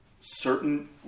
certain